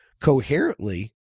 coherently